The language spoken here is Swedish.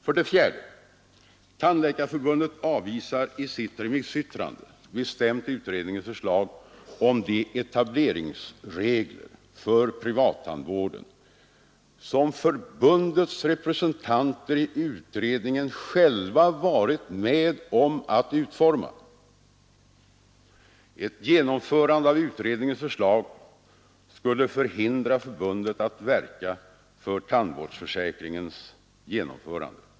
För det fjärde: Tandläkarförbundet avvisar i sitt remissyttrande bestämt utredningens förslag om de etableringsregler för privattandvården som förbundets representanter i utredningen själva varit med om att utforma. Ett genomförande av utredningens förslag skulle förhindra förbundet att verka för tandvårdsförsäkringens genomförande.